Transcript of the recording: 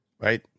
right